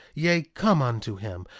yea, come unto him,